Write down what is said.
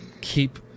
keep